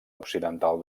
occidental